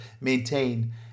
maintain